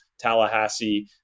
Tallahassee